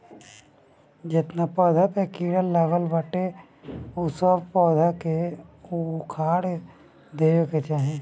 जेतना पौधा पे कीड़ा लागल बाटे उ सब पौधा के उखाड़ देवे के चाही